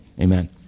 Amen